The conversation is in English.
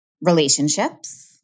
relationships